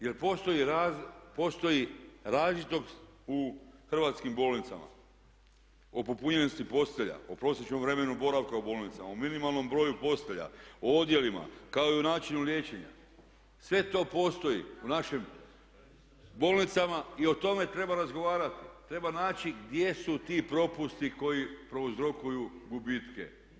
Jel postoji različitost u hrvatskim bolnicama, o popunjenosti postelja, o prosječnom vremenu boravka u bolnicama, o minimalnom broju postelja, o odjelima kao i o načinu liječenja, sve to postoji u našim bolnicama i o tome treba razgovarati, treba naći gdje su ti propusti koji prouzrokuju gubitke.